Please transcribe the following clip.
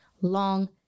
long